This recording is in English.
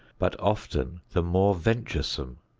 but often the more venturesome,